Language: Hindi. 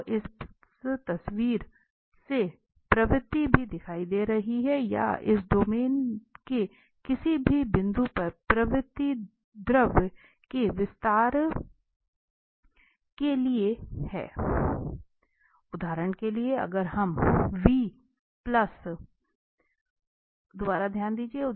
तो इस तस्वीर से प्रवृत्ति भी दिखाई दे रही है कि यहां इस डोमेन के किसी भी बिंदु पर प्रवृत्ति द्रव के विस्तार के लिए है